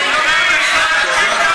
הם פתוחים.